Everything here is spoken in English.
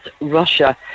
Russia